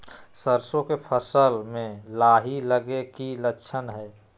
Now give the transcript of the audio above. सरसों के फसल में लाही लगे कि लक्षण हय?